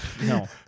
No